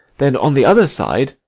then, on the other side,